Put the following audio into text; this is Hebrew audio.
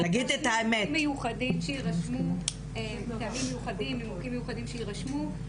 הנימוקים המיוחדים והטעמים המיוחדים שיירשמו,